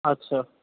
আচ্ছা